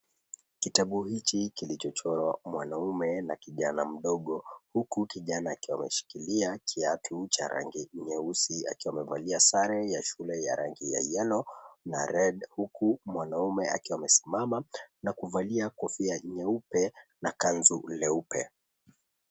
Kitabu hichi kilichochorwa mwanamme na Kijana mdogo huku Kijana akiwa ameshikilia kiatu cha rangi nyeusi akiwa amevalia sare ya shule ya rangi ya yellow na red , huku mwanaume akiwa amesimama na kuvalia kofia nyeupe na kanzu leupe.